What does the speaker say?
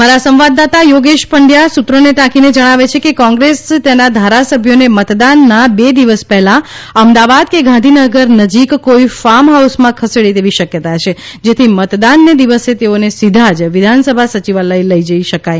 અમારા સંવાદદાતા યોગેશ પંડ્યા સૂત્રોને ટાંકીને જણાવે છે કે કોંગ્રેસ તેના ધારાસભ્યોને મતદાનના બે દિવસ પહેલા અમદાવાદ કે ગાંધીનગર નજીક કોઈ ફાર્મ હાઉસમાં ખસેડે તેવી શક્યતા છે જેથી મતદાનને દિવસે તેઓને સીધા જ વિધાન સભા સચિવાલય લઇ જઈ શકાય